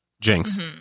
Jinx